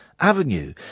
Avenue